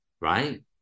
right